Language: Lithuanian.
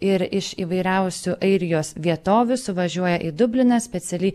ir iš įvairiausių airijos vietovių suvažiuoja į dubliną specialiai